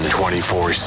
24